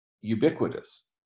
ubiquitous